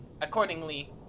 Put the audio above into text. accordingly